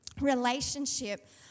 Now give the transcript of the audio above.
relationship